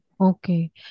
Okay